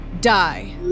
Die